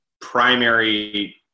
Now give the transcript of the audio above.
primary